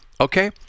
Okay